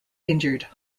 injured